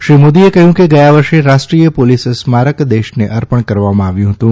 શ્રી મોદીએ કહ્યું કે ગયા વર્ષે રાષ્ટ્રીય પોલીસ સ્મારક દેશને અર્પણ કરવામાં આવ્યું હતું